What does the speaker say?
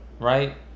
Right